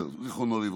זיכרונו לברכה.